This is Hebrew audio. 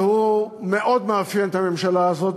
שמאוד מאפיין את הממשלה הזאת,